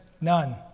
none